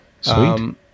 Sweet